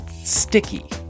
sticky